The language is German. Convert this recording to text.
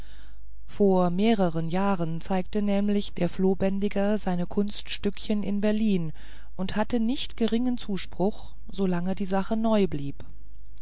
vor mehreren jahren zeigte nämlich der flohbändiger seine kunststückchen in berlin und hatte nicht geringen zuspruch so lange die sache neu blieb